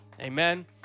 amen